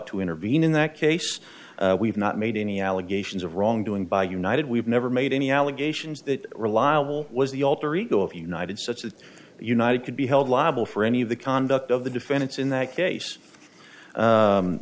to intervene in that case we've not made any allegations of wrongdoing by united we've never made any allegations that reliable was the alter ego of united states united could be held liable for any of the conduct of the defendants in that case